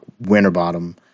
Winterbottom